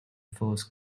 force